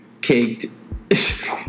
caked